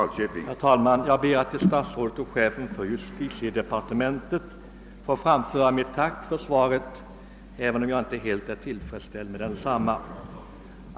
Herr talman! Jag ber att till statsrådet och chefen för justitiedepartementet få framföra mitt tack för svaret, även om jag inte är tillfredsställd med det.